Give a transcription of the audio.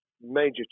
major